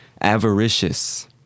Avaricious